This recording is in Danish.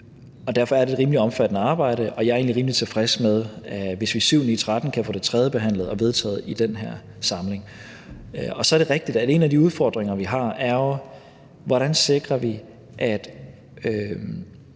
Derfor er det et rimelig omfattende arbejde, og jeg er egentlig rimelig tilfreds med, hvis vi – syv-ni-tretten – kan få det tredjebehandlet og vedtaget i den her samling. Så er det rigtigt, at en af de udfordringer, vi har, jo er, hvordan vi sikrer, at